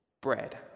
bread